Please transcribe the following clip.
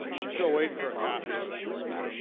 i'm still waiting for a copy of it